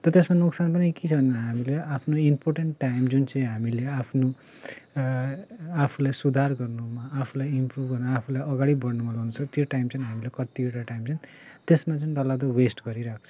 त त्यसमा नोक्सान पनि के छ भन्दा हामीले आफ्नो इम्पोर्टेन्ट टाइम जुन चाहिँ हामीले आफ्नो आफूलाई सुधार गर्नुमा आफूलाई इम्प्रुभ गर्नुमा आफूलाई अगाडि बड्नुमा लाउँछ त्यो टाइम चाहिँ हामीले कत्तिवटा टाइम चाहिँ त्यसमा चाहिँ डर लाग्दो वेस्ट गरिरहेको छ